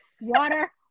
water